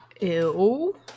Ew